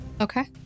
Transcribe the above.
Okay